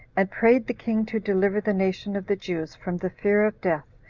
and prayed the king to deliver the nation of the jews from the fear of death,